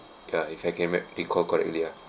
ya if I can remember recall correctly lah